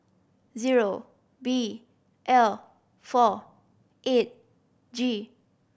zero B L four eight G